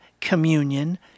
communion